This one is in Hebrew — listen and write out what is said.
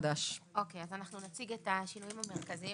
נציג את השינויים המרכזיים